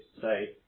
say